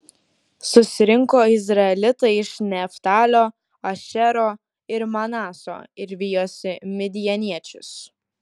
susirinko izraelitai iš neftalio ašero ir manaso ir vijosi midjaniečius